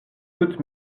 toutes